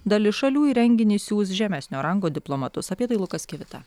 dalis šalių į renginį siųs žemesnio rango diplomatus apie tai lukas kivita